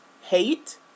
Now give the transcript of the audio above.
hate